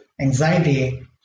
anxiety